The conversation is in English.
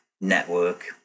network